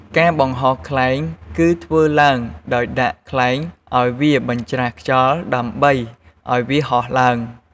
ការបង្ហោះខ្លែងគឺធ្វើឡើងដោយដាក់ខ្លែងអោយវាបញ្រាស់ខ្យល់ដើម្បីអោយវាហោះឡើង។